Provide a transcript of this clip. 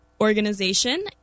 organization